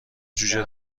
جوجه